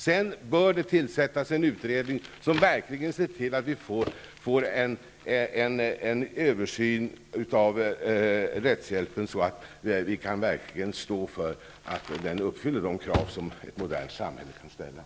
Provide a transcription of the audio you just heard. Sedan bör det tillsättas en utredning som verkligen ser till att vi får en översyn av rättshjälpen så att vi kan stå för att den uppfyller de krav som ett modernt samhälle ställer.